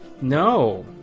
no